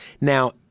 Now